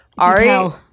Ari